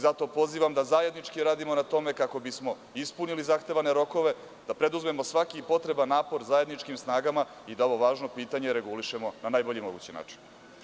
Zato pozivam da zajednički radimo na tome kako bismo ispunili zahtevane rokove da preduzmemo svaki potreban napor zajedničkim snagama i da ovo važno pitanje regulišemo na najbolji mogući način.